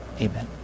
Amen